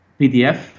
PDF